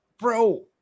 Bro